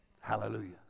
Hallelujah